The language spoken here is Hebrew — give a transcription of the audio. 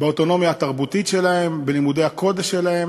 באוטונומיה התרבותית שלהם, בלימודי הקודש שלהם.